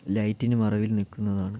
ലൈറ്റിന് മറവിൽ നിൽക്കുന്നതാണ്